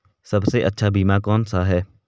सबसे अच्छा बीमा कौनसा है?